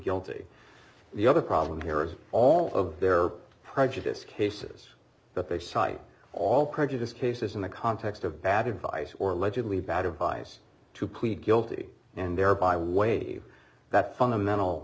guilty the other problem here is all of their prejudice cases but they cite all prejudice cases in the context of bad advice or allegedly bad advice to plead guilty and thereby wave that fundamental